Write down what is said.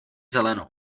zelenou